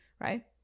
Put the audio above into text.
right